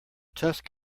tusk